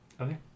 Okay